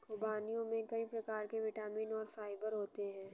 ख़ुबानियों में कई प्रकार के विटामिन और फाइबर होते हैं